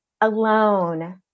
alone